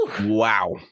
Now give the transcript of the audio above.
Wow